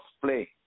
play